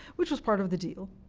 which was part of the deal,